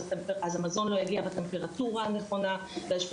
אז המזון לא יגיע בטמפרטורה הנכונה ויש פה